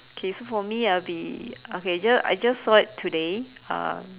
okay so for me I'll be okay I just I just saw it today um